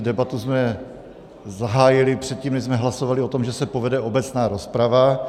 Debatu jsme zahájili předtím, než jsme hlasovali o tom, že se povede obecná rozprava.